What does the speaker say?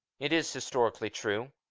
it is historically true.